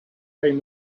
came